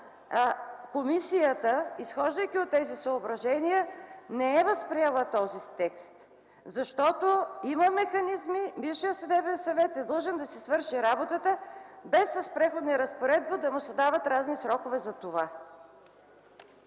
комисията, изхождайки от тези съображения, не е възприела този текст. Защото има механизми и Висшият съдебен съвет е длъжен да си свърши работата, без с преходна разпоредба да му се дават разни срокове за това.